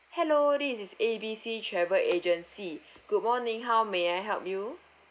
hello this is A B C travel agency good morning how may I help you